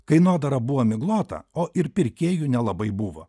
kainodara buvo miglota o ir pirkėjų nelabai buvo